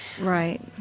Right